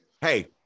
Hey